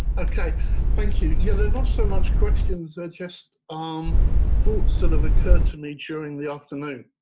ok thank you. yeah, they're not so much questions. i just um thought sort of occur to me during the afternoon.